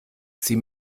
sie